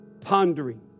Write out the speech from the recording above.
pondering